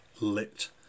lit